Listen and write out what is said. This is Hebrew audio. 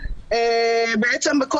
בימי